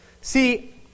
See